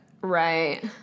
Right